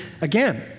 again